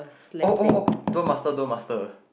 oh oh oh Duel-Master Duel-Master